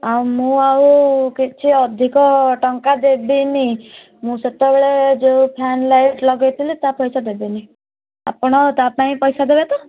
ଆଉ ମୁଁ ଆଉ କିଛି ଅଧିକ ଟଙ୍କା ଦେବିନି ମୁଁ ସେତେବେଳେ ଯେଉଁ ଫ୍ୟାନ୍ ଲାଇଟ୍ ଲଗାଇଥିଲି ତା' ପଇସା ଦେବିନି ଆପଣ ତା'ପାଇଁ ପଇସା ଦେବେ ତ